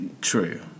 true